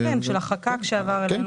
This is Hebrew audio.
כן, של החק"ק שעבר אלינו חזרה.